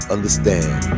understand